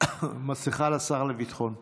מסכה לשר לביטחון הפנים.